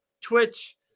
Twitch